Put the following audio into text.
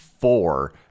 four